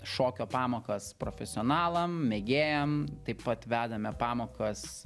šokio pamokas profesionalam mėgėjam taip pat vedame pamokas